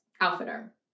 outfitter